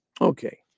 okay